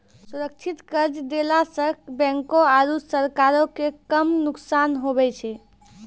सुरक्षित कर्जा देला सं बैंको आरू सरकारो के कम नुकसान हुवै छै